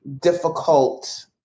difficult